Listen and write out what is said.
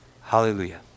Hallelujah